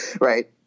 right